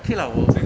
okay lah 我